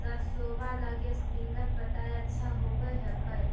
सरसोबा लगी स्प्रिंगर पटाय अच्छा होबै हकैय?